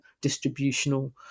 distributional